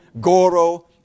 Goro